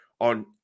on